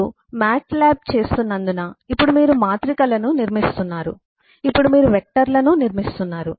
మీరు MATLAB చేస్తున్నందున ఇప్పుడు మీరు మాత్రికలను నిర్మిస్తున్నారు ఇప్పుడు మీరు వెక్టర్లను నిర్మిస్తున్నారు